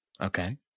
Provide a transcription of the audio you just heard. okay